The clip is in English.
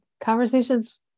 conversations